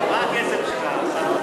שעה)